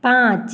पाँच